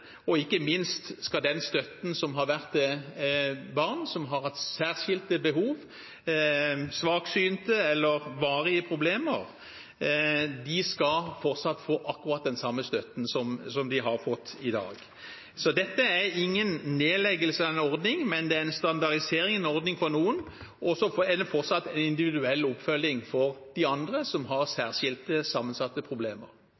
støtte. Ikke minst skal barn med særskilte behov, de som er svaksynte eller har varige problemer, fortsatt få akkurat den samme støtten som de har fått i dag. Dette er ingen nedleggelse av en ordning, men en standardisering av en ordning for noen og en fortsatt individuell oppfølging for dem som har særskilte, sammensatte problemer.